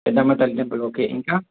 పెద్దమ్మ Thalli temple okay ఇంకా